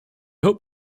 hope